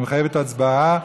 שמחייבת הצבעה: